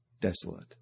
Desolate